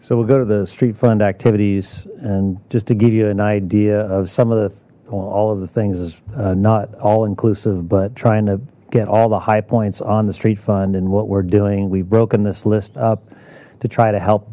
so we'll go to the street fund activities and just to give you an idea of some of the all of the things not all inclusive but trying to get all the high points on the street fund and what we're doing we've broken this list up to try to help